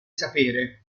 sapere